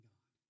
God